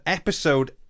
episode